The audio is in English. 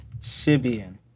Sibian